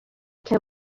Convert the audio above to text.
can